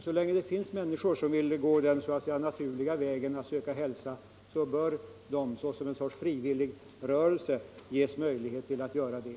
Så länge det finns människor som vill gå den så att säga naturliga vägen att söka hälsa såsom ett slags frivillig verksamhet bör de ges möjlighet och stöd till att göra det.